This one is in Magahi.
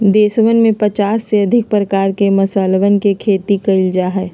देशवन में पचास से अधिक प्रकार के मसालवन के खेती कइल जा हई